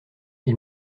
ils